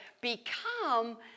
become